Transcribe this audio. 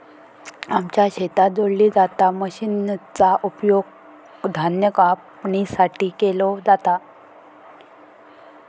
आमच्या शेतात जोडली जाता मशीनचा उपयोग धान्य कापणीसाठी केलो जाता